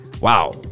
Wow